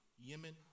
Yemen